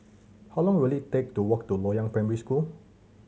how long will it take to walk to Loyang Primary School